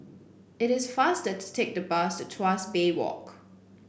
it is faster to take the bus to Tuas Bay Walk